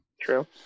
true